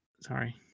Sorry